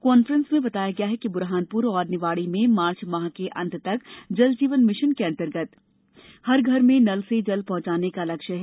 conference में बताया गया कि बुरहानपुर और निवाड़ी में मार्च माह के अंत तक जल जीवन मिशन के अंतर्गत हर घर में नल से जल पहुँचाने का लक्ष्य है